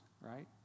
right